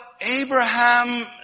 Abraham